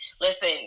listen